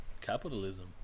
capitalism